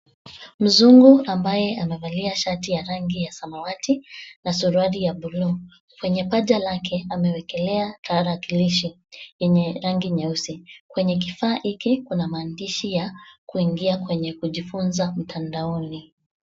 Mzungu ambaye amevalia shati ya rangi ya samawati na suruali ya bluu, kwenye paja lake amewekelea tarakilishi yenye rangi nyeusi, kwenye kifaa hiki kuna maandishi ya kuingia kwenye kujifunnza mtandaoni.